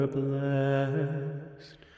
blessed